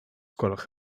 gwelwch